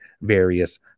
various